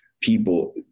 people